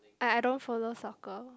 I I don't follow soccer